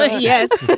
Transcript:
ah yes